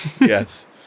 yes